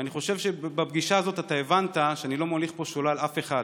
ואני חושב שבפגישה הזאת אתה הבנת שאני לא מוליך שולל אף אחד.